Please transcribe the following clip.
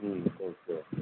okay okay